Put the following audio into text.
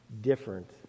different